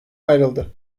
ayrıldı